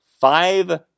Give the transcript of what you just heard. five